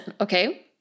okay